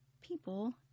people